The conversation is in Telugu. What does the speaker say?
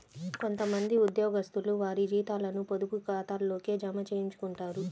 కొంత మంది ఉద్యోగస్తులు వారి జీతాలను పొదుపు ఖాతాల్లోకే జమ చేయించుకుంటారు